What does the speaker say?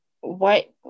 white